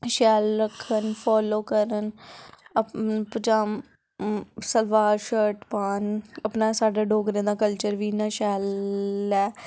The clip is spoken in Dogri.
शैल करन फालो करन पजामा सलवार शर्ट पाह्न अपना साढ़ा डोगरें दा कल्चर बी इन्ना शैल ऐ